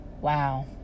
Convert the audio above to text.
wow